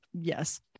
yes